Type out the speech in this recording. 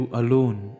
alone